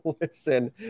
listen